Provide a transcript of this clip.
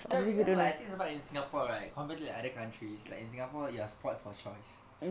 no because like I think is about in singapore right compared to other countries like in singapore you are spoilt for choice